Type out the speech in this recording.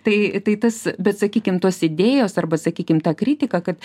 tai tai tas bet sakykim tos idėjos arba sakykim ta kritika kad